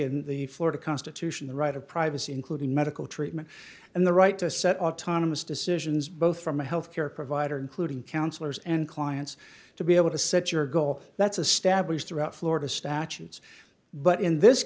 in the florida constitution the right of privacy including medical treatment and the right to set autonomous decisions both from a health care provider including counselors and clients to be able to set your goal that's a stablish throughout florida statutes but in this